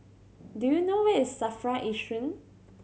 do you know where is SAFRA Yishun